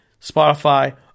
Spotify